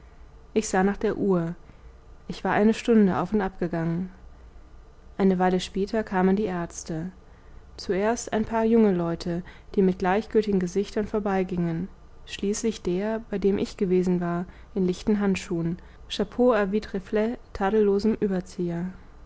ich sah nach der uhr ich war eine stunde auf und ab gegangen eine weile später kamen die ärzte zuerst ein paar junge leute die mit gleichgültigen gesichtern vorbeigingen schließlich der bei dem ich gewesen war in lichten handschuhen chapeau ähuit reflets tadellosem überzieher